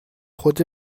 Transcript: خود